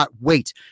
wait